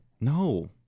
No